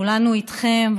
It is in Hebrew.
כולנו איתכם,